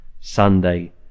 Sunday